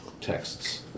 texts